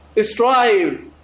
strive